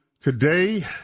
Today